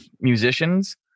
musicians